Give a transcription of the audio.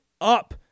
up